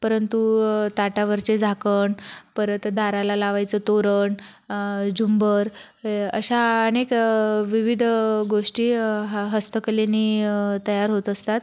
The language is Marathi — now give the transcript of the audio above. परंतु ताटावरचे झाकण परत दाराला लावायचं तोरण झुंबर हे अशा अनेक विविध गोष्टी ह हस्तकलेनी तयार होत असतात